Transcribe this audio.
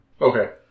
Okay